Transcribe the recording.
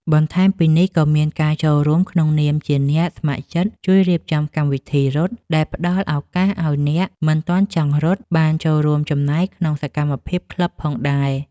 បន្ថែមពីនេះ ក៏មានការចូលរួមក្នុងនាមជាអ្នកស្ម័គ្រចិត្តជួយរៀបចំកម្មវិធីរត់ ដែលផ្តល់ឱកាសឱ្យអ្នកមិនទាន់ចង់រត់ បានចូលរួមចំណែកក្នុងសកម្មភាពក្លឹបផងដែរ។